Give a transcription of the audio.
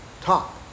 top